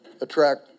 attract